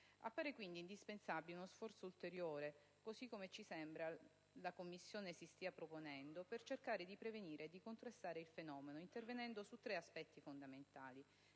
Appare, quindi, indispensabile uno sforzo ulteriore, così come ci sembra la Commissione si stia proponendo, per cercare di prevenire e di contrastare il fenomeno, intervenendo su tre aspetti fondamentali: